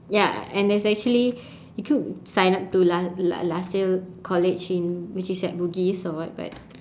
ya and there's actually you could sign up to la~ la~ LASSALE college in which is at bugis or what but